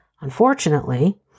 Unfortunately